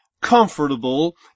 comfortable